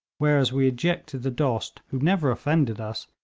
whereas we ejected the dost, who never offended us,